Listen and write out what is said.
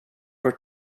for